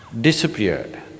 disappeared